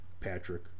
patrick